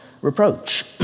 reproach